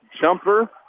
Jumper